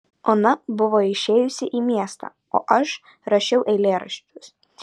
ona buvo išėjusi į miestą o aš rašiau eilėraščius